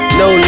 no